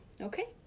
Okay